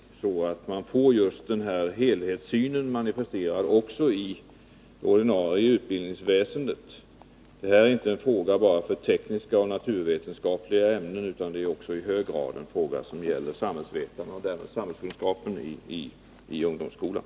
Det är angeläget för att man skall få helhetssynen på dataområdet manifesterad också i utbildningsväsendet. Detta är en fråga som rör inte bara tekniska och naturvetenskapliga ämnen utan också i hög grad samhällsvetarna och därmed samhällskunskapen i ungdomsskolan.